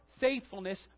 faithfulness